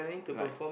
like